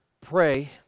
pray